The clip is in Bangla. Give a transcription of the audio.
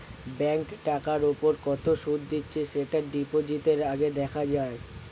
ব্যাঙ্ক টাকার উপর কত সুদ দিচ্ছে সেটা ডিপোজিটের আগে দেখা যায়